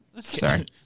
Sorry